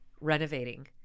renovating